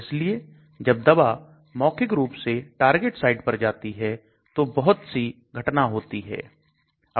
इसलिए जब दवा मौखिक रूप से टारगेट साइट पर जाती है तो बहुत सी घटना होती है